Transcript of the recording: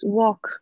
walk